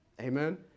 Amen